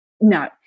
No